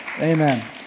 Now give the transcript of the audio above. Amen